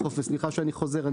וסליחה שאני חוזר,